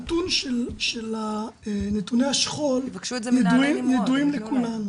נתוני השכול ידועים לכולנו,